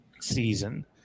season